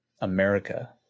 America